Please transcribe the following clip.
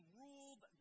ruled